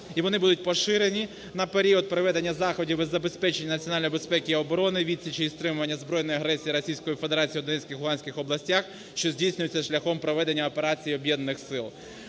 І вони будуть поширені на період заходів із забезпечення національної безпеки і оборони, відсічі і стримування збройної агресії Російської Федерації в Донецькій і Луганській областях, що здійснюється шляхом проведення операції Об'єднаних сил.